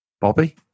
Bobby